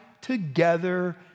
together